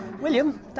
William